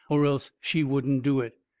or else she wouldn't do it.